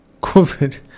COVID